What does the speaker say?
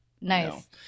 Nice